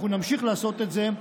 אנחנו נמשיך לעשות את זה.